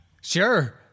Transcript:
Sure